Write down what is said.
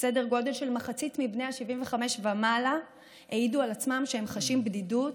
סדר גודל של מחצית מבני ה-75 ומעלה העידו על עצמם שהם חשים בדידות,